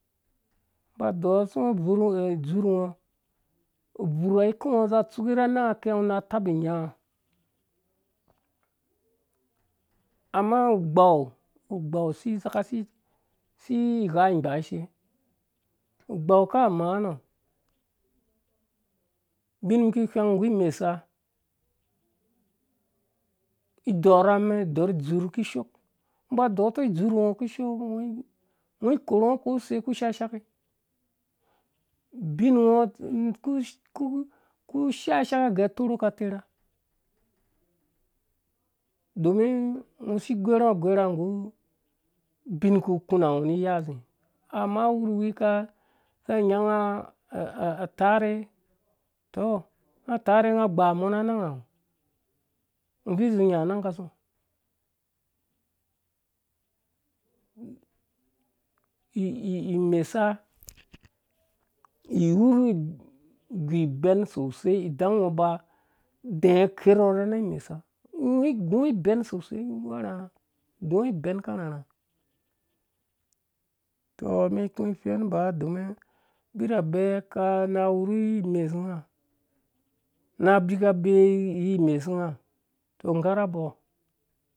Ba dorhtɔ bvurh bgo ubvurha ku ngɔ za tsuke rha anang kɛ ngo naku tabu nyangɔ amma ugbauugbau si saka si ghs gbashe ugbau kammaa nɔ ubin ki wheng bggu mesa idorh amen idorh amen dorh dzur kishoo ngo ba dorh tɔidzur ngo ku shashaki gɛ atoro ka terha domin ngɔ si gorungo agoranggu abin ku kuna ngɔ ni iya zi amma whurhwi ka nyanga a tarhe tɔ nga tarhe nga gba mɔ na nangha oo ngɔ vui zi nya na nang ka song mesa iwurhi gubɛn sosei idann ungo ba dɛɛ kerhɔ na nang imesa ngo gungo iben sosei karharha gungo iben karharha tɔ mum iku ifen domin bira bɛ kana wurhi imesu nga na bika bee mesunga tɔ ngarha bo